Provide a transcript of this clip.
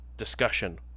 discussion